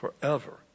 Forever